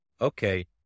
okay